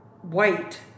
white